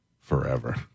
forever